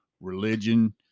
religion